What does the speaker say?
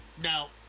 Now